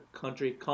country